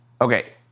Okay